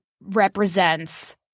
represents